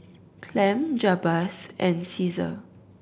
Clem Jabez and Ceasar